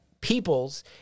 peoples